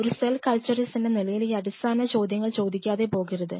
ഒരു cell culturist എന്ന നിലയിൽ ഈ അടിസ്ഥാന ചോദ്യങ്ങൾ ചോദിക്കാതെ പോകരുത്